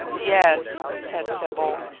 yes, said sybil,